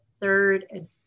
third